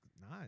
nice